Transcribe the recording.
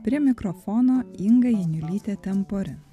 prie mikrofono inga janiulytė temporin